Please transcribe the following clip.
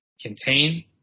contain